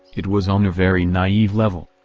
it was on a very naive level.